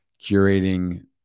curating